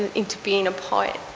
and into being a poet?